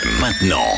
Maintenant